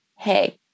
Hey